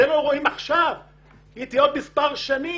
את זה אנחנו לא רואים עכשיו אבל נראה עוד מספר שנים.